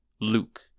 Luke